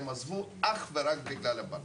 הם עזבו בגלל הבנקים,